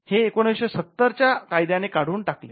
हे १९७० च्या कायद्याने काढून टाकले